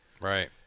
Right